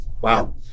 wow